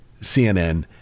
CNN